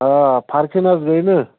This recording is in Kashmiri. آ فرکھٕے نہٕ حظ گٔے نہٕ